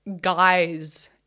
guys